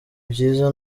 byiza